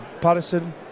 Patterson